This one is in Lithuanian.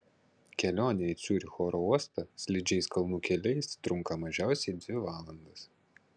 kelionė į ciuricho oro uostą slidžiais kalnų keliais trunka mažiausiai dvi valandas